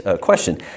question